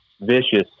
vicious